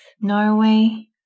Norway